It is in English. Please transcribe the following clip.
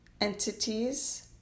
entities